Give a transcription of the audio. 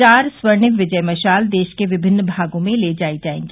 चार स्वर्णिम विजय मशाल देश के विमिन्न भागों में ले जायी जायेगी